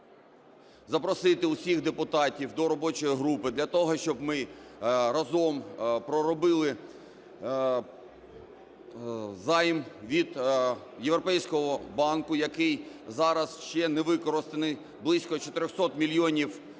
запросити усіх депутатів до робочої групи для того, щоб ми разом проробили займ від Європейського банку, який зараз ще не використаний, близько 400 мільйонів євро,